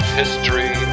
history